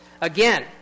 Again